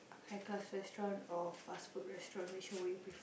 high class restaurant or fast food restaurant which one would you prefer